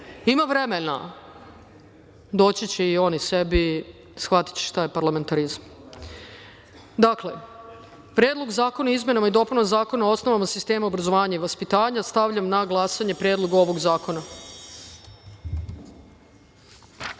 ima vremena, doći će i oni sebi. Shvatiće šta je parlamentarizam. Dakle, Predlog zakona o izmenama i dopunama Zakona o osnovama sistema obrazovanja i vaspitanja. Stavljam na glasanje Predlog ovog